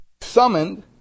summoned